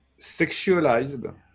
sexualized